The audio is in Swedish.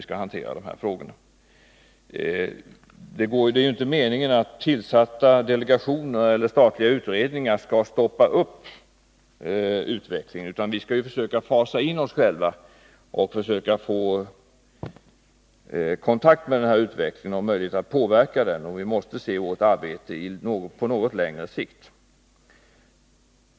Det är inte meningen att tillsatta delegationer eller statliga utredningar skall stoppa upp utvecklingen, utan vi skall försöka fasa in oss själva och få kontakt med utvecklingen och kunna påverka den. Vi måste se vårt arbete på något längre sikt.